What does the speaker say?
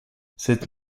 cette